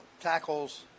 tackles